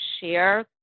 share